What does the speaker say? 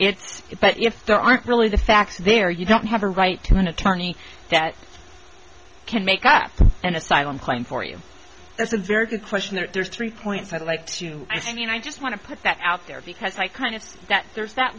it's but if there aren't really the facts there you don't have a right to an attorney that can make up an asylum claim for you that's a very good question there's three points i'd like to i think and i just want to put that out there because i kind of see that there's that